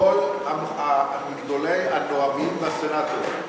מגדולי הנואמים והסנטורים: